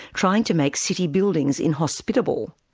trying to make city buildings inhospitable.